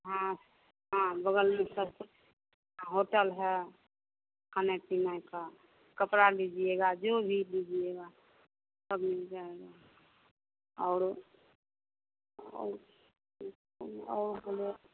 हाँ हाँ बगल में सब होटल है खाने पीने का कपड़ा लीजिएगा जो भी लीजिएगा सब मिल जाएगा और और